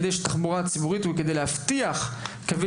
בשביל תחבורה ציבורית וכדי להבטיח קווי